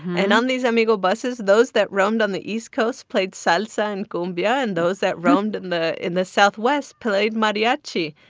and on these amigo buses, those that roamed on the east coast played salsa and cumbia. and those that roamed in the in the southwest played mariachi.